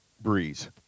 Breeze